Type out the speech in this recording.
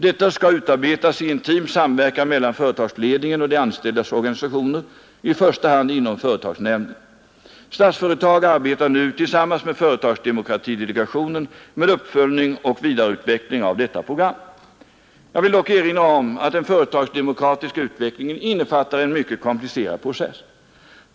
Detta skall utarbetas i intim samverkan mellan företagsledningen och de anställdas organisationer, i första hand inom företagsnämnden. Statsföretag arbetar nu tillsammans med företagsdemokratidelegationen med uppföljning och vidareutveckling av detta program. Jag vill dock erinra om att den företagsdemokratiska utvecklingen innefattar en mycket komplicerad process.